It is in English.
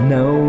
no